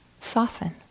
soften